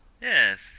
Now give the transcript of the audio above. Yes